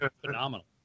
Phenomenal